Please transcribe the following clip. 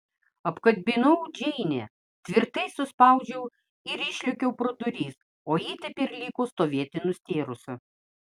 apkabinau džeinę tvirtai suspaudžiau ir išlėkiau pro duris o ji taip ir liko stovėti nustėrusi